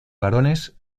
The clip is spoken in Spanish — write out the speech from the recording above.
varones